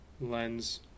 lens